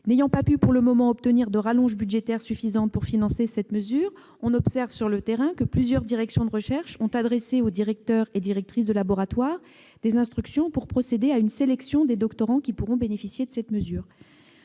N'ayant pas pu, pour le moment, obtenir de rallonge budgétaire suffisante pour financer cette mesure, plusieurs directions de recherche ont adressé aux directrices et directeurs de laboratoires des instructions pour procéder à une sélection des doctorants qui pourront en bénéficier. Faute de